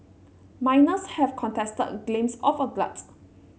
miners have contested claims of a glut